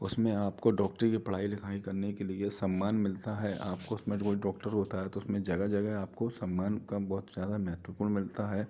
उसमें आपको डॉक्टरी के पढ़ाई लिखाई करने के लिए सम्मान मिलता है आपको उसमें कोई डोक्टर होता है तो उसमें जगह जगह आपको सम्मान का बहुत ज़्यादा महत्वपूर्ण मिलता है